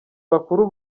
bakuru